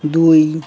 ଦୁଇ